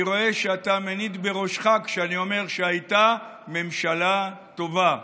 אני רואה שאתה מניד בראשך כשאני אומר שהייתה ממשלה טובה.